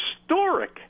historic